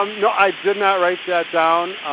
um no, i did not write that down.